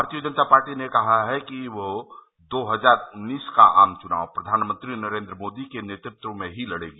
भारतीय जनता पार्टी ने कहा है कि वह दो हजार उन्नीस का आम चुनाव प्रधानमंत्री नरेन्द्र मोदी के नेतृत्व में ही लड़ेगी